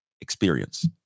experience